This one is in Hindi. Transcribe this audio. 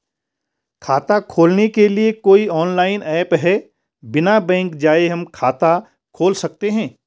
खाता खोलने के लिए कोई ऑनलाइन ऐप है बिना बैंक जाये हम खाता खोल सकते हैं?